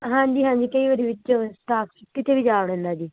ਹਾਂਜੀ ਹਾਂਜੀ ਕਈ ਵਾਰੀ ਵਿੱਚੋਂ ਵਿੱਚ ਸਾ ਕਿਤੇ ਵੀ ਜਾ ਵੜਦਾ ਜੀ